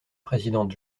présidente